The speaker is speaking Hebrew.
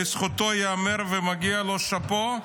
לזכותו ייאמר ומגיע לו שאפו,